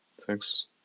Thanks